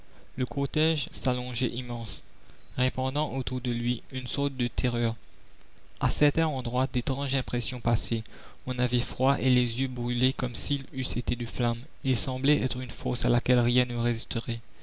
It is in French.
le cortège s'allongeait immense répandant autour de lui une sorte de terreur à certains endroits d'étranges impressions passaient on avait froid et les yeux brûlaient comme s'ils eussent été de flamme il semblait être une force à laquelle rien ne résisterait